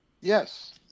Yes